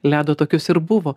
ledo tokius ir buvo